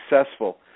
successful